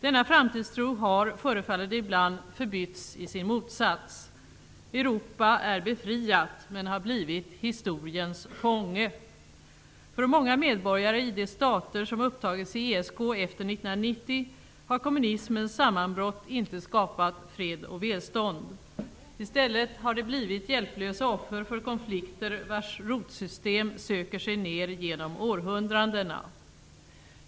Denna framtidstro har, förefaller det ibland, förbytts i sin motsats. Europa är befriat men har blivit historiens fånge. För många medborgare i de stater som upptagits i ESK efter 1990 har kommunismens sammanbrott inte skapat fred och välstånd. I stället har de blivit hjälplösa offer för konflikter vars rotsystem söker sig ner genom århundradena.